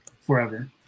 forever